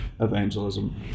evangelism